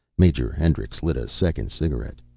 major hendricks lit a second cigarette.